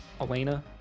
Elena